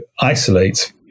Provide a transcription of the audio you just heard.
isolate